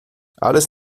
alles